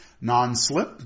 Non-slip